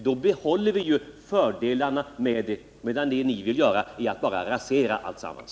Då behåller vi systemets fördelar, medan ni bara vill rasera alltsammans.